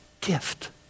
gift